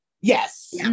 Yes